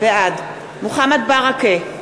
בעד מוחמד ברכה,